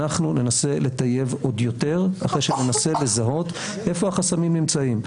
אנחנו ננסה לטייב עוד יותר אחרי שננסה לזהות איפה החסמים נמצאים.